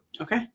Okay